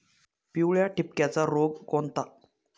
पिवळ्या ठिपक्याचा रोग कोणता?